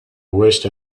wished